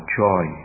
joy